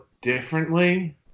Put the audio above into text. differently